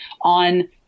on